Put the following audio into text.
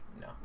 No